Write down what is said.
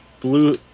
blue